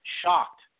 Shocked